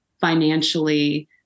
financially